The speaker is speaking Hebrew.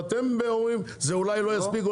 עכשיו אתם באים ואומרים זה אולי לא יספיק,